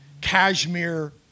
cashmere